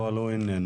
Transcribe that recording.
אבל הוא איננו.